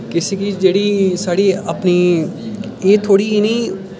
किसी गी जेह्ड़ी साढ़ी अपनी एह् थोह्ड़ी जनेही